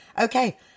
Okay